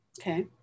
okay